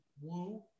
Wu